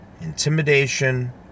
intimidation